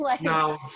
No